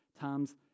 times